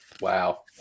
Wow